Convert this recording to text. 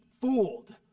fooled